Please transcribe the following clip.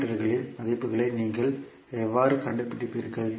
பாராமீட்டர்களின் மதிப்புகளை நீங்கள் எவ்வாறு கண்டுபிடிப்பீர்கள்